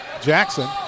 Jackson